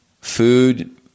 food